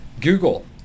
Google